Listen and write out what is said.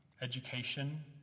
education